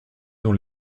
dans